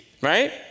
right